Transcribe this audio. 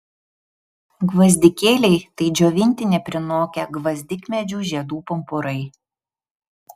gvazdikėliai tai džiovinti neprinokę gvazdikmedžių žiedų pumpurai